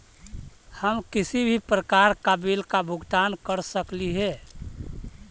हम किसी भी प्रकार का बिल का भुगतान कर सकली हे?